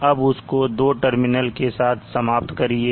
अब उसको दो टर्मिनल के साथ समाप्त करते हैं